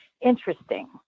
interesting